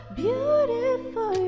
beautiful